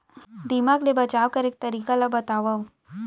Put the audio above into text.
दीमक ले बचाव करे के तरीका ला बतावव?